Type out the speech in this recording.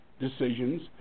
decisions